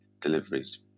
deliveries